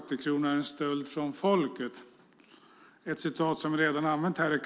Fru talman!